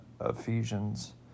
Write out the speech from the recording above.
Ephesians